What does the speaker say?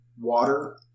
Water